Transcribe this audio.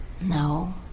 No